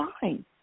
fine